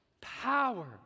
power